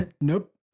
nope